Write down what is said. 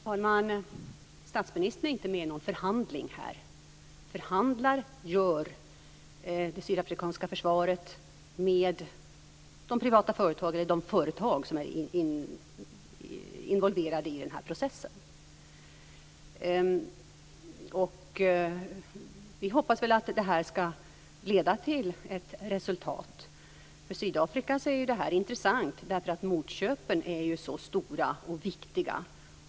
Fru talman! Statsministern deltar inte i någon förhandling. Det är det sydafrikanska försvaret som förhandlar med de företag som är involverade i processen. Vi hoppas att förhandlingarna ska leda till ett resultat. För Sydafrika är det intressant därför att motköpen är så stora och viktiga.